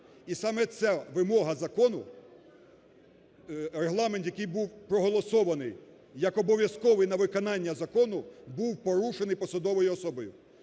І саме ця вимога закону, регламент, який був проголосований як обов'язковий на виконання закону, був порушений посадовою особою.